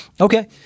Okay